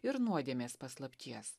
ir nuodėmės paslapties